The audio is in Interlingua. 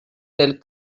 del